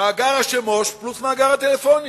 מאגר שמות פלוס מאגר הטלפונים.